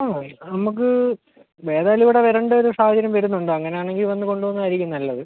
ആ നമുക്ക് ഏതായാലും ഇവിടെ വരേണ്ട ഒരു സാഹചര്യം വരുന്നുണ്ട് അങ്ങനെ ആണെങ്കിൽ വന്ന് കൊണ്ടുപോവുന്നത് ആയിരിക്കും നല്ലത്